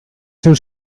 zeu